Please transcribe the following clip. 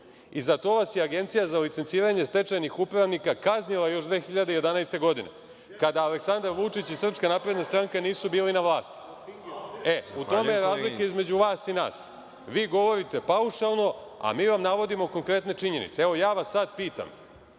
Zato vas je Agencija za licenciranje stečajnih upravnika kaznila još 2011. godine kada Aleksandar Vučić i SNS nisu bili na vlasti. U tome je razlika između vas i nas. Vi govorite paušalno, a mi vam navodimo konkretne činjenice. Evo, ja vas sada pitam,